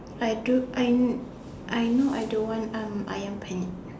I do I I know I don't want um Ayam-penyet